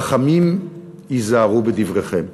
חכמים, היזהרו בדבריכם.